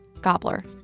Gobbler